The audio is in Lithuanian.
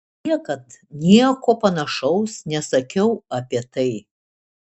niekad nieko panašaus nesakiau apie tai